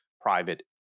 private